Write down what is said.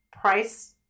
price